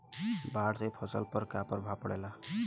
बाढ़ से फसल पर क्या प्रभाव पड़ेला?